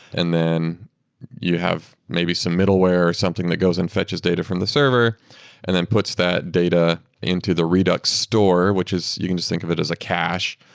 and then you have maybe some middleware, or something that goes and fetches data from the server and then puts that data into the redux store, which is you can just think of it as a cache.